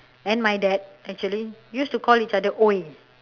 and my dad actually used to call each other !oi!